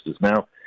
now